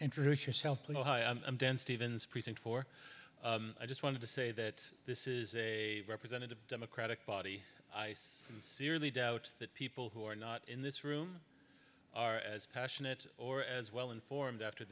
introduce yourself i'm dan stevens precinct four i just wanted to say that this is a representative democratic body ice and seriously doubt that people who are not in this room are as passionate or as well informed after